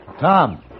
Tom